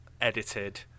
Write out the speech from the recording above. edited